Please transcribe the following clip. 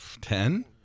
Ten